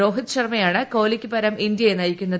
രോഹിത് ശർമ്മയാണ് കോലിക്ക് പകരം ഇന്ത്യയെ നയിക്കുന്നത്